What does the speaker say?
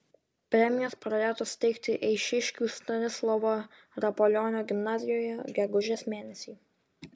premijos pradėtos teikti eišiškių stanislovo rapolionio gimnazijoje gegužės mėnesį